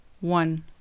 one